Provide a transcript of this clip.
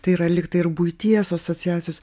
tai yra lygtai ir buities asociacijos